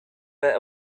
but